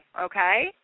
okay